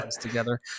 together